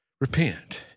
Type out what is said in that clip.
Repent